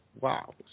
wow